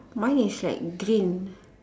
mine is like green